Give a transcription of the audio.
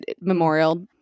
Memorial